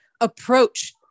approach